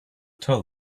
tell